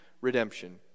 redemption